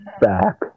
back